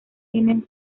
tienen